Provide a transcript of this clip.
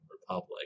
Republic